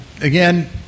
Again